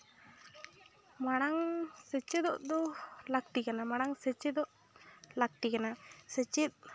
ᱢᱟᱲᱟᱝ ᱥᱮᱪᱮᱫᱚᱜ ᱫᱚ ᱞᱟᱹᱠᱛᱤ ᱠᱟᱱᱟ ᱢᱟᱲᱟᱝ ᱥᱮᱪᱮᱫᱚᱜ ᱞᱟᱹᱠᱛᱤ ᱠᱟᱱᱟ ᱥᱮᱪᱮᱫ